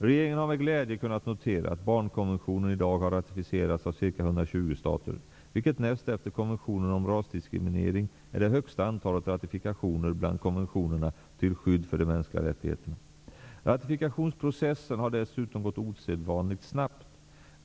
Regeringen har med glädje kunnat notera att barnkonventionen i dag har ratificerats av ca 120 stater, vilket näst efter konventionen om rasdiskriminering är bland det högsta antalet ratifikationer bland konventionerna till skydd för de mänskliga rättigheterna. Ratifikationsprocessen har dessutom gått osedvanligt snabbt.